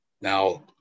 now